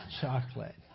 chocolate